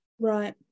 right